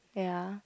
ya